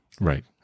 Right